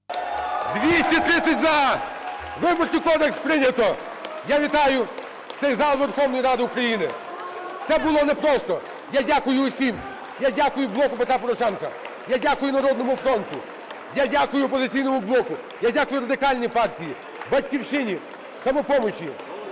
230 – за! Виборчий кодекс прийнято! (Оплески) Я вітаю цей зал Верховної Ради України. Це було непросто. Я дякую усім! Я дякую "Блоку Петра Порошенка". Я дякую "Народному фронту". Я дякую "Опозиційному блоку". Я дякую Радикальній партії, "Батьківщині", "Самопомочі".